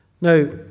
Now